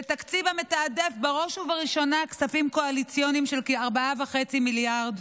זה תקציב המתעדף בראש ובראשונה כספים קואליציוניים של כ-4.5 מיליארד.